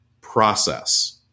process